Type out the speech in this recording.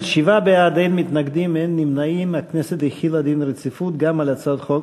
הודעת הממשלה על רצונה להחיל דין רציפות על הצעת חוק